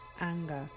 anger